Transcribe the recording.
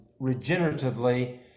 regeneratively